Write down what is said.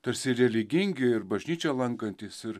tarsi ir religingi ir bažnyčią lankantys ir